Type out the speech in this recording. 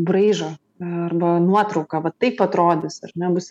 braižą arba nuotrauką va taip atrodys ar ne bus